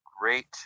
great